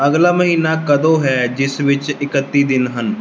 ਅਗਲਾ ਮਹੀਨਾ ਕਦੋਂ ਹੈ ਜਿਸ ਵਿੱਚ ਇਕੱਤੀ ਦਿਨ ਹਨ